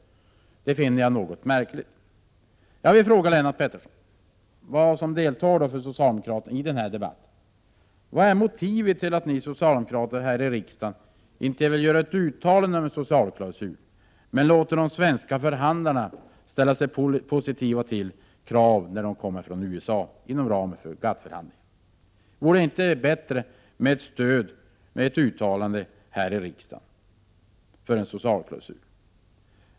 Det finner jag något märkligt. Jag vill fråga Lennart Pettersson, som deltar i debatten för socialdemokraterna: Vad är motivet till att ni socialdemokrater här i riksdagen inte vill göra ett uttalande om en socialklausul, men låter de svenska förhandlarna ställa sig positiva till krav som kommer från USA inom ramen för GATT? Vore det inte ett bättre stöd med ett uttalande här från riksdagen?